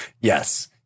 Yes